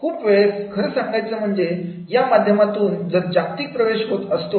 खूप वेळेस खरं सांगायचं म्हणजे या माध्यमातून तर जागतिक प्रवेश होत असतो